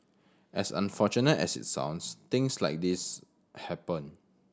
as unfortunate as it sounds things like this happen